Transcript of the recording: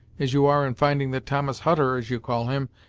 as you are in finding that thomas hutter, as you call him,